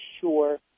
sure